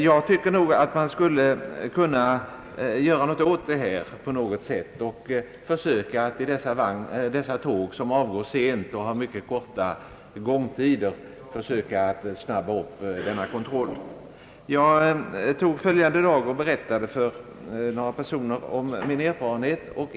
Jag tycker man skulle kunna göra något åt detta och försöka att i de tåg som avgår sent och har mycket korta gångtider påskynda kontrollen. Följande dag nämnde jag för några personer om min erfarenhet.